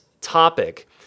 topic